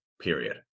Period